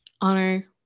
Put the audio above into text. honor